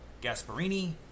Gasparini